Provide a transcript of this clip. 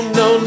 no